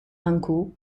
uncle